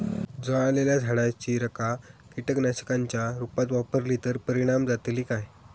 जळालेल्या झाडाची रखा कीटकनाशकांच्या रुपात वापरली तर परिणाम जातली काय?